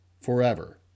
forever